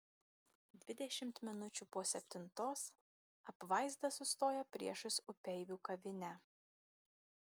dvidešimt minučių po septintos apvaizda sustojo priešais upeivių kavinę